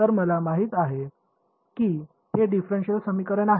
तर मला माहित आहे की हे डिफरेंशियल समीकरण आहे